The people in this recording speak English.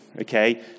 okay